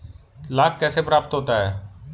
लाख कैसे प्राप्त होता है?